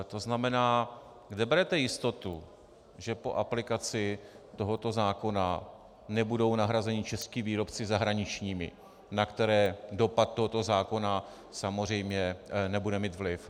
To znamená, kde berete jistotu, že po aplikaci tohoto zákona nebudou nahrazeni čeští výrobci zahraničními, na které dopad tohoto zákona samozřejmě nebude mít vliv?